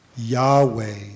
Yahweh